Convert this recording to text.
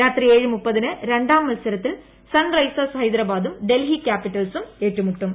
രാത്രി ന് രണ്ടാം മത്സരത്തിൽ സൺ റൈസേഴ്സ് ഹൈദരാബാദും ഡൽഹി ക്യാപിറ്റൽസും ഏറ്റുമുട്ടും